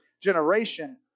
generation